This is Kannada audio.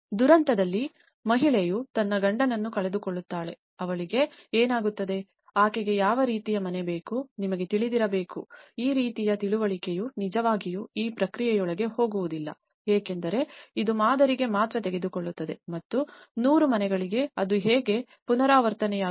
ದುರಂತದಲ್ಲಿ ಮಹಿಳೆಯು ತನ್ನ ಗಂಡನನ್ನು ಕಳೆದುಕೊಳ್ಳುತ್ತಾಳೆ ಅವಳಿಗೆ ಏನಾಗುತ್ತದೆ ಆಕೆಗೆ ಯಾವ ರೀತಿಯ ಮನೆ ಬೇಕು ನಿಮಗೆ ತಿಳಿದಿರಬೇಕು ಆದ್ದರಿಂದ ಈ ರೀತಿಯ ತಿಳುವಳಿಕೆಯು ನಿಜವಾಗಿಯೂ ಈ ಪ್ರಕ್ರಿಯೆಯೊಳಗೆ ಹೋಗುವುದಿಲ್ಲ ಏಕೆಂದರೆ ಇದು ಮಾದರಿಗೆ ಮಾತ್ರ ತೆಗೆದುಕೊಳ್ಳುತ್ತದೆ ಮತ್ತು 100 ಮನೆಗಳಿಗೆ ಅದು ಹೇಗೆ ಪುನರಾವರ್ತನೆಯಾಗುತ್ತದೆ